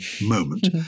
moment